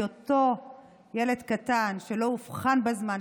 אותו ילד קטן שלא אובחן בזמן,